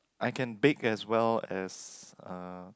I can bake as well as uh